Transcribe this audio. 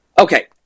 Okay